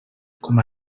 com